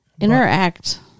Interact